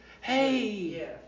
hey